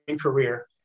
career